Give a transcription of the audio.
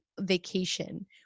vacation